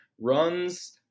runs